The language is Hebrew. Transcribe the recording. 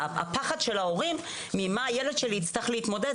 הפחד של ההורים ממה הילד שלי יצטרך להתמודד,